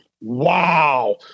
Wow